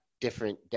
different